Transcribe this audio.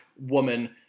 woman